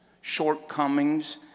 shortcomings